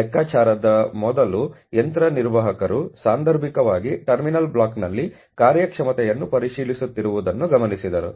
ಲೆಕ್ಕಾಚಾರದ ಮೊದಲು ಯಂತ್ರ ನಿರ್ವಾಹಕರು ಸಾಂದರ್ಭಿಕವಾಗಿ ಟರ್ಮಿನಲ್ ಬ್ಲಾಕ್ನಲ್ಲಿ ಕಾರ್ಯಕ್ಷಮತೆಯನ್ನು ಪರಿಶೀಲಿಸುತ್ತಿರುವುದನ್ನು ಗಮನಿಸಿದರು